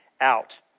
out